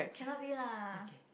cannot be lah